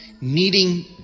needing